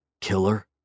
Killer